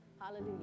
Hallelujah